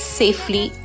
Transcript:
safely